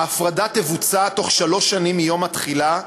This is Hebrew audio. ההפרדה תבוצע בתוך שלוש שנים מיום התחילה,